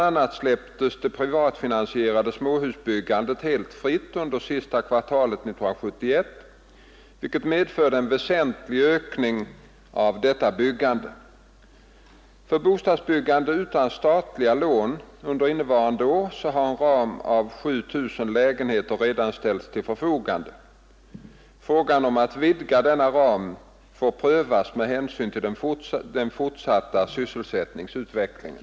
a. släpptes det privatfinansierade småhusbyggandet helt fritt under sista kvartalet 1971, vilket medförde en väsentlig ökning av detta byggande. För bostadsbyggandet utan statliga lån under innevarande år har en ram av 7 000 lägenheter redan ställts till förfogande. Frågan om att vidga denna ram får prövas med hänsyn till den fortsatta sysselsättningsutvecklingen.